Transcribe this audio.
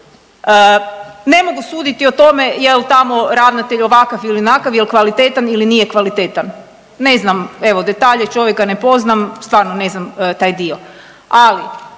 ne mogu suditi o tome jel' tamo ravnatelj ovakav ili onakav, jel kvalitetan ili nije kvalitetan. Ne znam evo detalje, čovjeka ne poznam, stvarno ne znam taj dio.